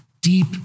deep